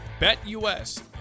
BetUS